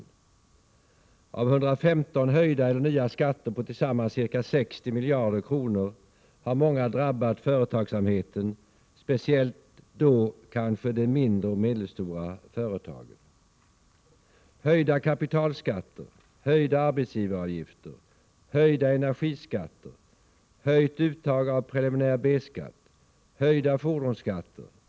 Av 115 höjda eller nya skatter på tillsammans ca 60 miljarder kronor har många drabbat företagsamheten, speciellt då kanske de mindre och medelstora företagen.